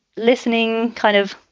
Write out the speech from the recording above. listening kind of,